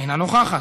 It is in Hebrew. אינה נוכחת.